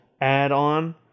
add-on